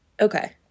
Okay